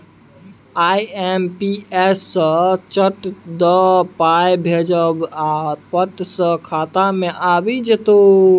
IMPS सँ चट दअ पाय भेजब आ पट दअ खाता मे आबि जाएत